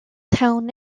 town